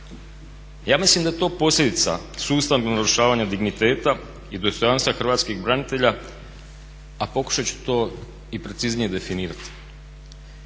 Ja mislim da je to posljedica sustavnog narušavanja digniteta i dostojanstva hrvatskih branitelja, a pokušat ću to preciznije definirati.